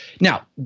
Now